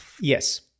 Yes